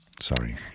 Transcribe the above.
Sorry